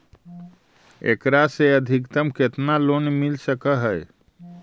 एकरा से अधिकतम केतना लोन मिल सक हइ?